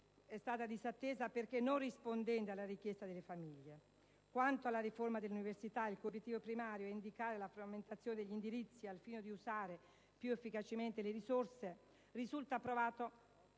fatti disattesa perché non rispondente alla richiesta delle famiglie Quanto alla riforma dell'università, il cui obiettivo primario è indicato nell'eliminare «la frammentazione degli indirizzi» al fine di usare più efficacemente le risorse, ad oggi risulta approvato